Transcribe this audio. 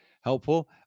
helpful